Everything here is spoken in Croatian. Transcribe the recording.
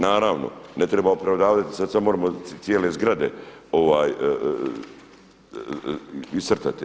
Naravno ne treba opravdavati sad moramo cijele zgrade iscrtati.